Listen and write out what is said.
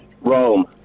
Rome